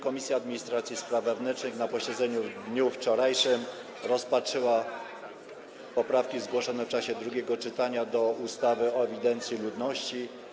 Komisja Administracji i Spraw Wewnętrznych na posiedzeniu w dniu wczorajszym rozpatrzyła poprawki zgłoszone w czasie drugiego czytania do projektu ustawy o zmianie ustawy o ewidencji ludności.